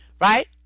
right